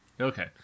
Okay